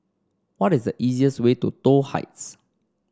what is the easiest way to Toh Heights